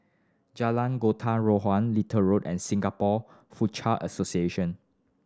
Jalan Little Road and Singapore Foochow Association